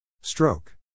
Stroke